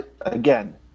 again